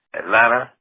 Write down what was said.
Atlanta